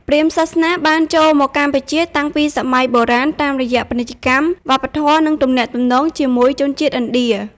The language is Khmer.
ព្រាហ្មណ៍សាសនាបានចូលមកកម្ពុជាតាំងពីសម័យបុរាណតាមរយៈពាណិជ្ជកម្ម វប្បធម៌ និងទំនាក់ទំនងជាមួយជនជាតិឥណ្ឌា ។